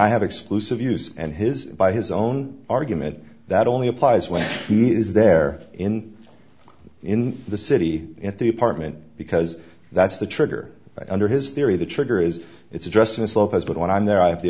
i have exclusive use and his by his own argument that only applies when he is there in in the city at the apartment because that's the trigger under his theory of the trigger is it's addressed in a slow pace but when i'm there i have the